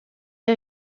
des